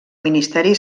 ministeri